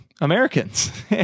Americans